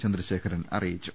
ചന്ദ്രശേഖരൻ അറിയിച്ചു